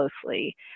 closely